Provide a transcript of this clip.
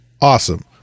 Awesome